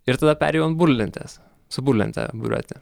ir tada perėjau ant burlentės su burlente buriuoti